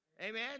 amen